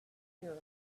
fear